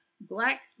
black